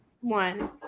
one